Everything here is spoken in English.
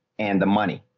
and the money,